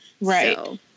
Right